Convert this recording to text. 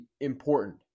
important